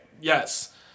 yes